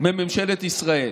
מממשלת ישראל.